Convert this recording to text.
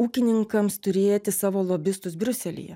ūkininkams turėti savo lobistus briuselyje